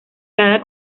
cada